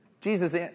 Jesus